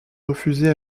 refusée